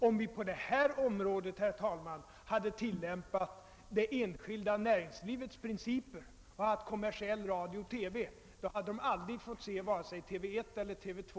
Hade vi på det här området, herr talman, tilllämpat det enskilda näringslivets principer och haft kommersiell radio och TV, hade de i glesbygderna varken fått se TV 1 eller TV 2.